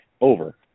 over